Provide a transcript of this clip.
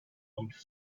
owned